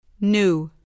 new